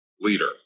leader